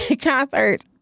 concerts